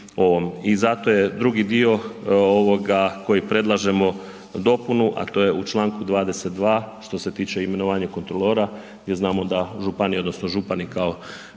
I zato je drugi dio ovoga koji predlažemo dopunu, a to u Članu 22. što se tiče imenovanja kontrolora jer znamo da županija odnosno župani kao